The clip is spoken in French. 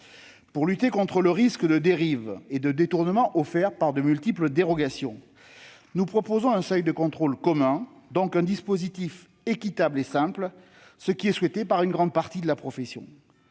Pour lutter contre le risque de dérives et de détournements offert par les multiples dérogations, nous proposons un seuil de contrôle commun, donc un dispositif équitable et simple, ce qui est souhaité par une grande partie de la profession.